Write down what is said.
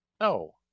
No